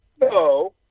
No